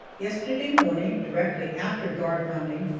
yesterday morning, directly after guard-mounting,